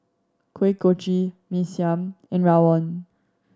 Kuih Kochi Mee Siam and rawon